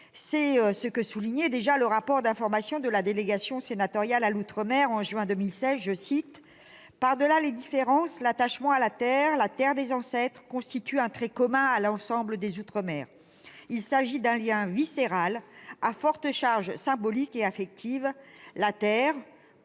C'est ce que soulignait déjà le rapport d'information de la délégation sénatoriale à l'outre-mer paru en juin 2016 :« Par-delà les différences, l'attachement à la terre, la terre des ancêtres, constitue un trait commun à l'ensemble des outre-mer. Il s'agit d'un lien viscéral à forte charge symbolique et affective. La terre,